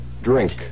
drink